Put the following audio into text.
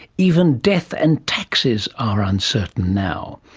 even death and taxes are uncertain now.